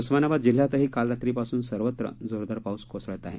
उस्मानाबाद जिल्ह्यातही कालरात्रीपासून सर्वत्र जोरदार पाऊस कोसळत आहे